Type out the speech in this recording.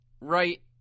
right